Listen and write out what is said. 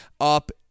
up